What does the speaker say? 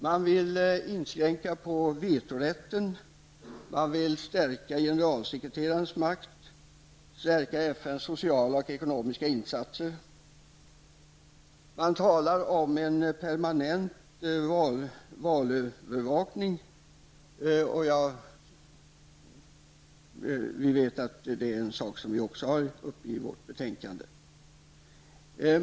Man vill inskränka på vetorätten. Man vill stärka generalsekreterarens makt och stärka FNs sociala och ekonomiska insatser. Man talar om en permanent valövervakning -- en sak som också vi har tagit upp i vårt betänkande.